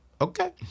Okay